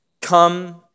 Come